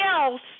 else